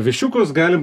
viščiukus galim